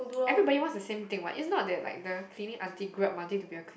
everybody wants the same thing [what] is not that like the cleaning aunty grew up wanting to be a